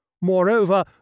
moreover